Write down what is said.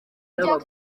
rya